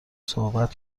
صحبت